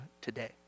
today